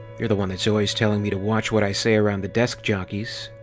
you're the one that's always telling me to watch what i say around the desk jockeys.